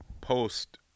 post